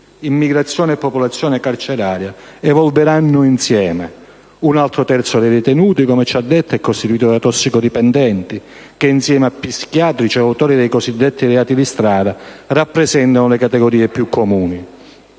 immigrazione e popolazione carceraria - evolveranno insieme. Un altro terzo dei detenuti - come ci ha detto - è costituito da tossicodipendenti che, insieme agli psichiatrici e agli autori dei cosiddetti reati di strada, rappresentano le categorie più comuni.